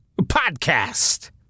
Podcast